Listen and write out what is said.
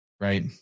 right